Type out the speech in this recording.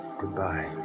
Goodbye